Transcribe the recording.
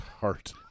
Heart